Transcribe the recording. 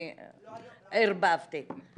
לא היום --- אוקיי,